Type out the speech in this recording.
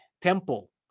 temple